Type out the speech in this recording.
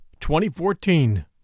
2014